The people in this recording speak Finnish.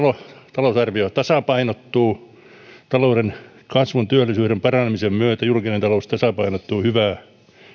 talousarvio tasapainottuu talouden kasvun ja työllisyyden paranemisen myötä julkinen talous tasapainottuu hyvää